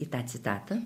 į tą citatą